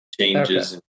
changes